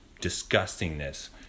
disgustingness